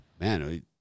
Man